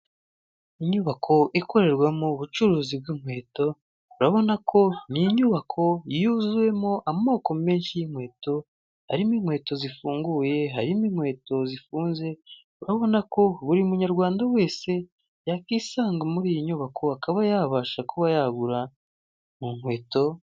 Inyubako ikorerwamo ubucuruzi bw'inkweto urabona ko n'inyubako yuzuyemo amoko menshi y'inkweto harimo inkweto zifunguye harimo inkweto zifunze, urabona ko buri munyarwanda wese yakisanga muriyi nyubako akaba yabasha kuba yagura munkweto.